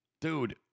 Dude